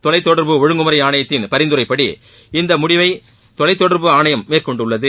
தொலைத் தொடர்பு ஒழுங்குமுறை ஆணையத்தின் பரிந்துரையின்படி இந்த முடிவை தொலைத் தொடர்பு ஆணையம் மேற்கொண்டுள்ளது